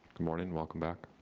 morning, welcome back.